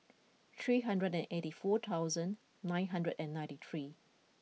three hundred and eighty four thousand nine hundred and ninety three